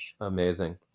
Amazing